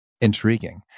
Intriguing